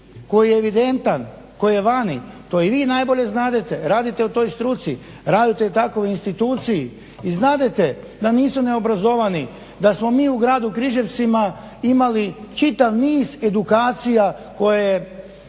koji je evidentan koji je vani. To i vi najbolje znadete, radite u toj struci, radite u takvoj instituciji i znadete da nisu neobrazovani, da smo mi u gradu Križevcima imali čitav niz edukacija koje